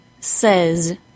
says